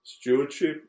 Stewardship